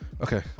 Okay